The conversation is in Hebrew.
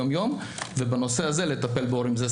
יכול להיות